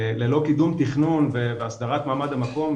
ללא קידום תכנון והסדרת מעמד המקום,